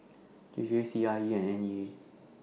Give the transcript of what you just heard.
J J C I E and N E A